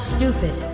stupid